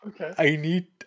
Okay